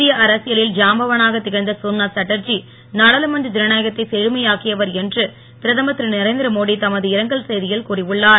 இந்திய அரசியலில் ஜாம்பவானாகத் திகழ்ந்த சோம்நாத் சாட்டர்ஜி நாடாளுமன்ற ஜனநாயகத்தை செழுமையாக்கியவர் என்று பிரதமர் திருநரேந்திர மோடி தமது இரங்கல் செய்தியில் கூறியுள்ளார்